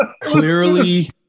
clearly